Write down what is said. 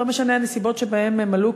לא משנות הנסיבות שבהן הם עלו,